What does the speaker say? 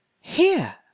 Here